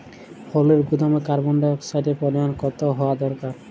ফলের গুদামে কার্বন ডাই অক্সাইডের পরিমাণ কত হওয়া দরকার?